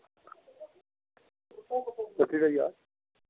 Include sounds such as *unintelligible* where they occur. *unintelligible* यार